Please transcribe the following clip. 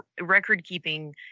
record-keeping